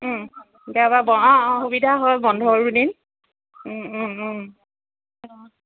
অঁ অঁ সুবিধা হয় বন্ধও দিন অঁ